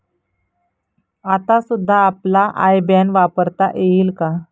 आता सुद्धा आपला आय बॅन वापरता येईल का?